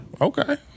Okay